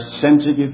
sensitive